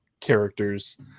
characters